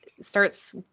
starts